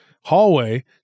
hallway